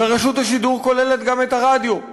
ורשות השידור כוללת גם את הרדיו,